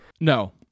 No